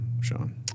Sean